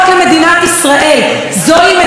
זוהי מדינת הלאום של העם היהודי,